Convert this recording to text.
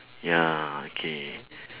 ya okay